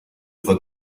voit